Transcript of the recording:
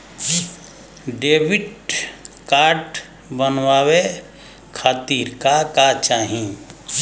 Debit card बनवावे खातिर का का चाही?